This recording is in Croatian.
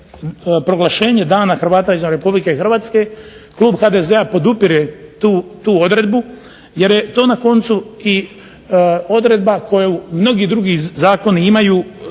proglašenje dana Hrvata izvan Republike Hrvatske, Klub HDZ-a podupire tu odredbu jer je to na koncu i odredba koju mnogi drugi zakoni imaju,